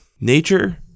Nature